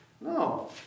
No